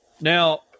Now